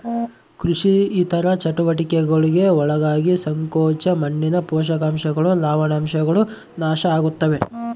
ಕೃಷಿ ಇತರ ಚಟುವಟಿಕೆಗುಳ್ಗೆ ಒಳಗಾಗಿ ಸಂಕೋಚ ಮಣ್ಣಿನ ಪೋಷಕಾಂಶಗಳು ಲವಣಾಂಶಗಳು ನಾಶ ಆಗುತ್ತವೆ